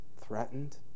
threatened